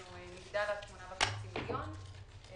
אנחנו נגדל עד 8.5 מיליון שקל,